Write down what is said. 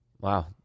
Wow